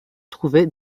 trouvait